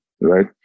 right